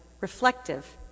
reflective